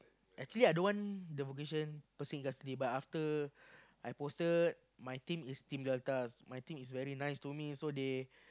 actually I don't want the vocation person custody but after I posted my team is team Deltas my team is very nice to me so they